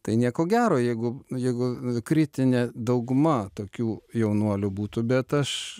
tai nieko gero jeigu jeigu kritinė dauguma tokių jaunuolių būtų bet aš